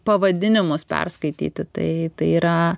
pavadinimus perskaityti tai yra